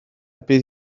bydd